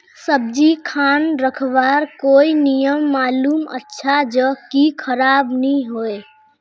सब्जी खान रखवार कोई नियम मालूम अच्छा ज की खराब नि होय?